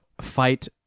fight